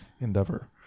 endeavor